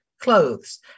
clothes